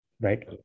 right